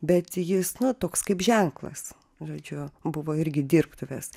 bet jis nu toks kaip ženklas žodžiu buvo irgi dirbtuvės